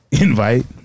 invite